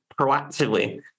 proactively